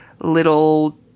little